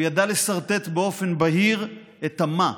הוא ידע לסרטט באופן בהיר את ה"מה",